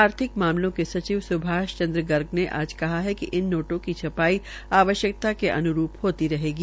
आर्थिक मामलो के सचिव सुभाष चद्र गर्ग ने आज कहा है कि इन नोटों की छपाई आवश्यक्ता के अन्रूप होती रहेगी